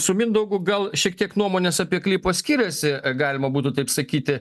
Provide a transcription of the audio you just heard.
su mindaugu gal šiek tiek nuomonės apie klipą skiriasi galima būtų taip sakyti